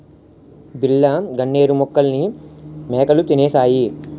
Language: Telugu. బిళ్ళ గన్నేరు మొక్కల్ని మేకలు తినేశాయి